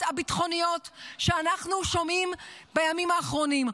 הביטחוניות שאנחנו שומעים בימים האחרונים,